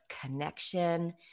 connection